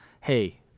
hey